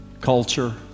culture